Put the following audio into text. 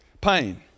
Pain